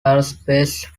aerospace